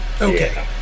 Okay